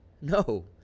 no